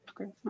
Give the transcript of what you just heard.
Okay